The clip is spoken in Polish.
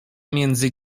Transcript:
między